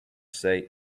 say